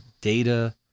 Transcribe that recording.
data